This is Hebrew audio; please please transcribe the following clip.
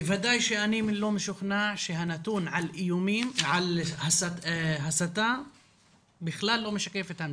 בוודאי שאני לא משוכנע שהנתון על הסתה בכלל לא משקף את המציאות.